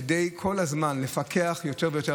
כדי לפקח כל הזמן יותר ויותר.